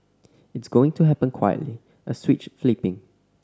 it's going to happen quietly a switch flipping